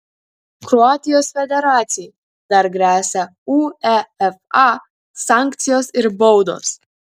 kroatijos federacijai dar gresia uefa sankcijos ir baudos